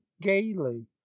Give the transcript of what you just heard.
gaily